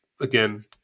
Again